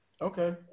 Okay